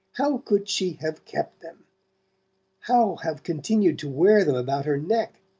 how could she have kept them how have continued to wear them about her neck!